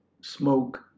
smoke